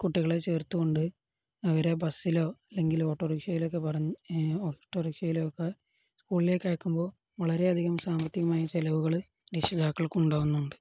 കുട്ടികളെ ചേർത്തുകൊണ്ട് അവരെ ബസ്സിലോ അല്ലെങ്കിൽ ഓട്ടോ റിക്ഷയിലൊക്കെ ഓട്ടോ റിക്ഷയിലോ ഒക്കെ സ്കൂളിലേക്ക് അയക്കുമ്പോള് വളരെയധികം സാമ്പത്തികമായ ചെലവുകള് രക്ഷിതാക്കൾക്കുണ്ടാവുന്നുണ്ട്